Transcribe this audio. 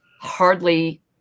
hardly